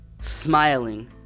smiling